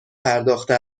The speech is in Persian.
پرداخته